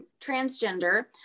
transgender